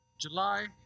July